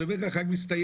אני יכול להגיש כבר